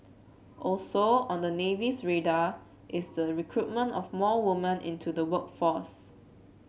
also on the Navy's radar is the recruitment of more woman into the work force